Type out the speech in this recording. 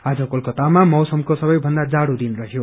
आज कोलकातामा मौसमको सबैभन्दा जाड़ो दिन रहयो